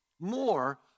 more